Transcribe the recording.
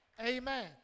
Amen